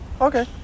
Okay